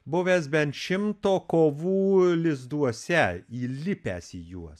buvęs bent šimto kovų lizduose įlipęs į juos